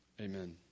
Amen